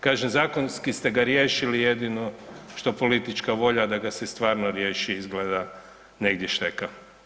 Kažem zakonski ste ga riješili jedino što politička volja da ga se stvarno riješi izgleda negdje šteka.